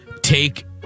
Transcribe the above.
take